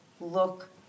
look